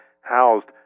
housed